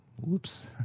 whoops